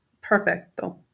perfecto